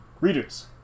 readers